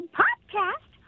podcast